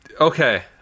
okay